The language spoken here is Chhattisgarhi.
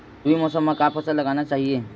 रबी मौसम म का फसल लगाना चहिए?